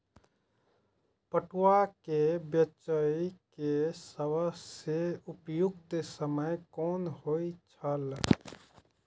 पटुआ केय बेचय केय सबसं उपयुक्त समय कोन होय छल?